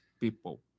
people